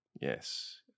Yes